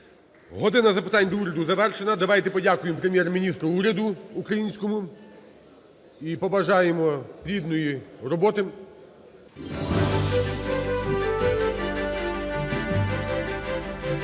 "Година запитань до Уряду" завершена. Давайте подякуємо Прем’єр-міністру, уряду українському і побажаємо плідної роботи